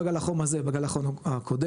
לא בגל החום הזה, בגל החום הקודם,